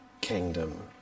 kingdom